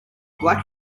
black